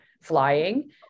flying